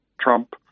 Trump